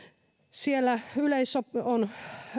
siellä